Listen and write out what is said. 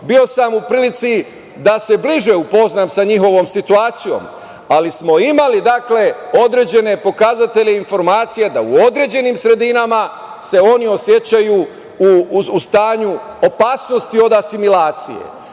sam u prilici da se bliže upoznam sa njihovom situacijom, ali smo imali određene pokazatelje i informacije da u određenim sredinama se oni osećaju u stanju opasnosti od asimilacije.